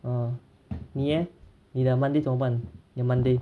啊你 leh 你的 monday 怎么办你的 monday